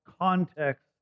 context